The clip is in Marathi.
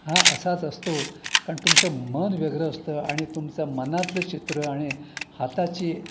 हा असाच असतो कारण तुमचं मन व्यग्र असतं आणि तुमचा मनातलं चित्र आणि हाताची